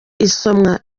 isomwa